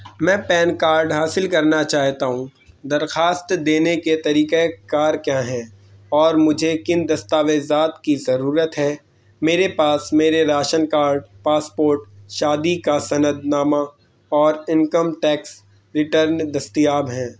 میں PAN card حاصل کرنا چاہتا ہوں درخواست دینے کے طریقہ کار کیا ہیں اور مجھے کن دستاویزات کی ضرورت ہے میرے پاس میرے راشن کارڈ پاسپورٹ شادی کا سند نامہ اور انکم ٹیکس ریٹرن دستیاب ہیں